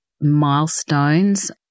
milestones